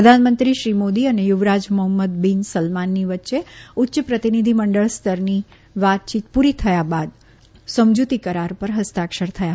પ્રધાનમંત્રી શ્રી મોદી અને યુવરાજ મોફમ્મદ બિન સલમાનની વચ્ચે ઉચ્ય પ્રતિનિધિમંડળ સ્તરની વાતયીત પૂરી થયા બાદ સમજૂતી કરાર પર ફસ્તાક્ષર થયા